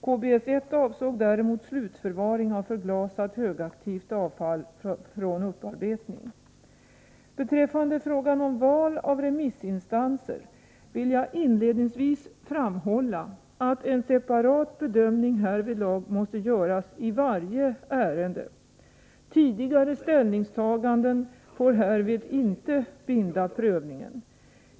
KBS-1 avsåg däremot slutförvaring av förglasat ring av utbränt högaktivt avfall från upparbetning. kärnbränsle Beträffande frågan om val av remissinstanser vill jag inledningsvis framhålla att en separat bedömning härvidlag måste göras i varje ärende. Tidigare ställningstaganden får härvid inte binda prövningen.